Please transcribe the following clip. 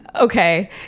Okay